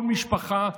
כל משפחה,